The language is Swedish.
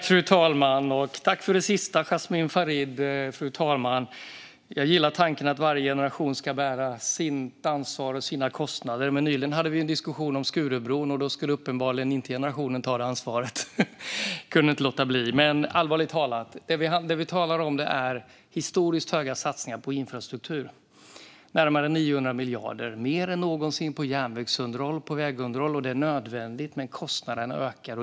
Fru talman! Jag tackar för det sista som Jasmin Farid sa. Jag gillar nämligen tanken att varje generation ska ta sitt ansvar och bära sina egna kostnader. Men nyss hade vi en diskussion om Skurubron, och då skulle uppenbarligen inte den generationen ta det ansvaret. Jag kunde inte låta bli! Allvarligt talat: Det vi talar om är historiskt höga satsningar på infrastruktur, närmare 900 miljarder - mer än någonsin - på järnvägsunderhåll och vägunderhåll. Det är nödvändigt, men kostnaden ökar.